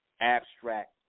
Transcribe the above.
abstract